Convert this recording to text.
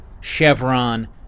Chevron